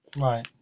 right